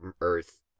Earth